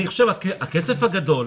הכסף הגדול,